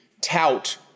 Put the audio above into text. tout